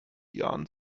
jahren